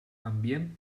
ambient